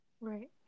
Right